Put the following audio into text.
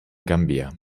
gambia